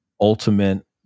ultimate